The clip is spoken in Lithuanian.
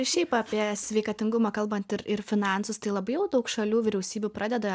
šiaip apie sveikatingumą kalbant ir ir finansus tai labai jau daug šalių vyriausybių pradeda